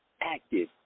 active